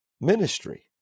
ministry